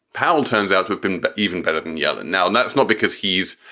powell turns out to have been but even better than yellen now. and that's not because he's